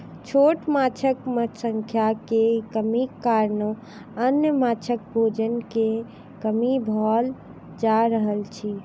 छोट माँछक संख्या मे कमीक कारणेँ अन्य माँछक भोजन मे कमी भेल जा रहल अछि